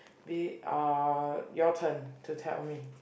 be uh your turn to tell me